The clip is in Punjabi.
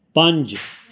ਪੰਜ